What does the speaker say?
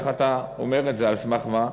איך אתה אומר את זה, על סמך מה?